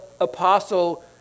apostle